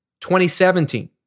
2017